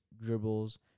dribbles